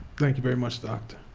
thank you very much, doctor.